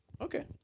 Okay